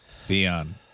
Theon